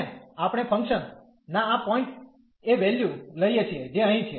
અને આપણે ફંકશન ના આ પોઈન્ટ એ વેલ્યુ લઇએ છીએ જે અહીં છે